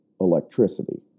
electricity